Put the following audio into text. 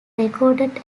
recorded